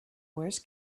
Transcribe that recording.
wars